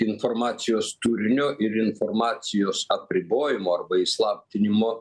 informacijos turinio ir informacijos apribojimo arba įslaptinimo